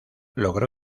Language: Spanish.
logró